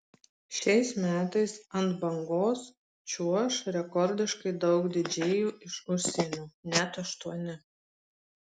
šiais metais ant bangos čiuoš rekordiškai daug didžėjų iš užsienio net aštuoni